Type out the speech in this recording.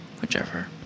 whichever